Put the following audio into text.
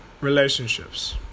Relationships